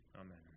Amen